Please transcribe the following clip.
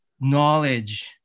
knowledge